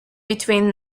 between